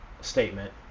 statement